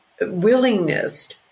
willingness